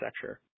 sector